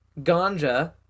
ganja